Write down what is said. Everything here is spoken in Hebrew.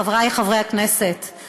חבריי חברי הכנסת,